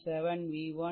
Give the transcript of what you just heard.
7v1 0